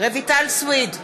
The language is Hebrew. רויטל סויד,